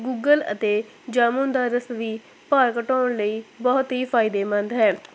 Google ਅਤੇ ਜਾਮੁਨ ਦਾ ਰਸ ਵੀ ਭਾਰ ਘਟਾਉਣ ਲਈ ਬਹੁਤ ਹੀ ਫਾਇਦੇਮੰਦ ਹੈ